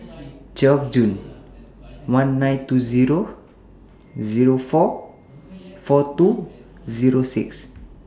twelve June one nine two Zero Zero four four two Zero six